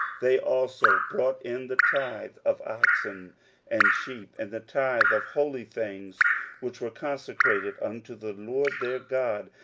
they also brought in the tithe of oxen and sheep, and the tithe of holy things which were consecrated unto the lord their god,